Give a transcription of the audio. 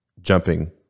jumping